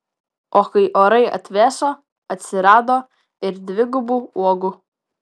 o kai orai atvėso atsirado ir dvigubų uogų